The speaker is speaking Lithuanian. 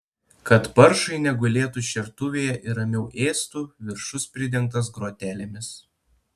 kad paršai negulėtų šertuvėje ir ramiau ėstų viršus pridengtas grotelėmis